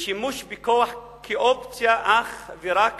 ושל שימוש בכוח כאופציה אך ורק